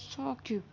Saqib